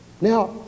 Now